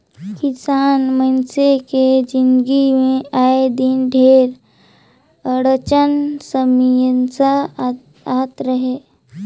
किसान मइनसे के जिनगी मे आए दिन ढेरे अड़चन समियसा आते रथे